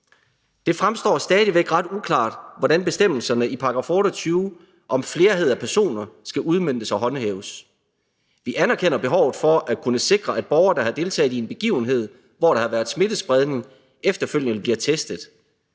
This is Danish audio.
Det fremstår stadig væk ret uklart, hvordan bestemmelserne i § 28 om flerhed af personer skal udmøntes og håndhæves. Vi anerkender behovet for at kunne sikre, at borgere, der har deltaget i en begivenhed, hvor der har været smittespredning, efterfølgende bliver testet,